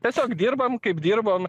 tiesiog dirbam kaip dirbom